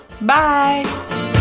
Bye